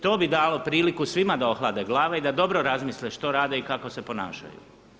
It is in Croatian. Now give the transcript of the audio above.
To bi dalo priliku svima da ohlade glave i da dobro razmisle što rade i kako se ponašaju.